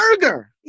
burger